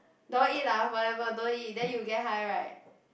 don't eat lah whatever don't eat then you get high right